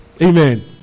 Amen